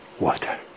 water